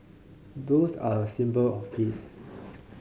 doves are a symbol of peace